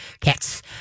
Cats